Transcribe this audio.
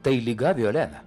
tai liga violena